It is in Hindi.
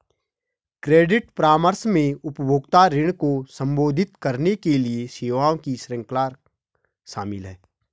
क्रेडिट परामर्श में उपभोक्ता ऋण को संबोधित करने के लिए सेवाओं की श्रृंखला शामिल है